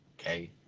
okay